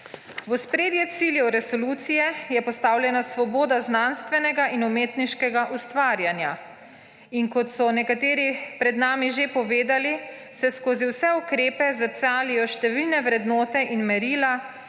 V ospredje ciljev resolucije je postavljena svoboda znanstvenega in umetniškega ustvarjanja in kot so nekateri pred nami že povedali, se skozi vse ukrepe zrcalijo številne vrednote in merila,